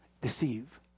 Deceive